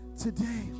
today